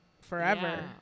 forever